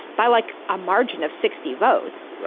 by like a margin of sixty votes.